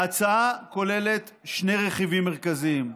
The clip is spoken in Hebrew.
ההצעה כוללת שני רכיבים מרכזיים: